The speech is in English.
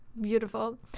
Beautiful